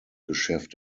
geschäft